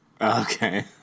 Okay